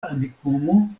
amikumu